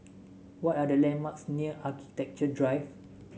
what are the landmarks near Architecture Drive